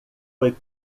foi